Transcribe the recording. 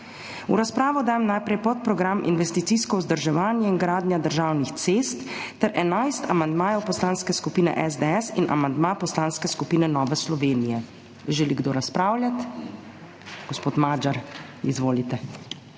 V razpravo dajem najprej podprogram Investicijsko vzdrževanje in gradnja državnih cest ter 11 amandmajev Poslanske skupine SDS in amandma Poslanske skupine Nova Slovenija. Želi kdo razpravljati? Gospod Magyar, izvolite.